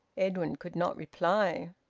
edwin could not reply.